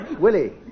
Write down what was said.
Willie